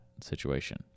situation